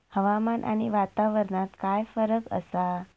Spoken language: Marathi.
हवामान आणि वातावरणात काय फरक असा?